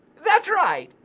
that's right.